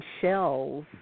shells